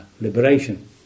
liberation